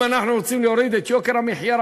אם אנחנו רוצים להוריד את יוקר המחיה,